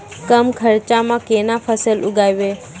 कम खर्चा म केना फसल उगैबै?